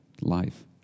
life